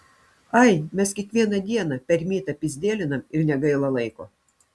ai mes kiekvieną dieną per mytą pyzdėlinam ir negaila laiko